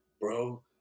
bro